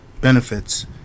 benefits